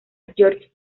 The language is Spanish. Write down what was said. george